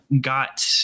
got